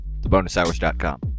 thebonushours.com